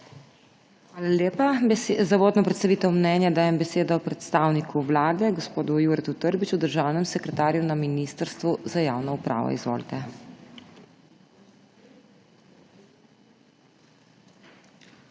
Hvala lepa. Za uvodno predstavitev mnenja dajem besedo predstavniku Vlade gospodu Juretu Trbiču, državnemu sekretarju na Ministrstvu za javno upravo. Izvolite. **JURE